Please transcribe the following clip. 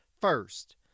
First